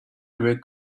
gray